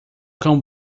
cão